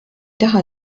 taha